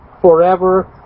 forever